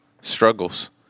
struggles